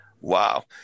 Wow